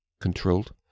controlled